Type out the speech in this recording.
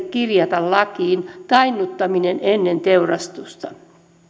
kirjata lakiin tainnuttaminen ennen teurastusta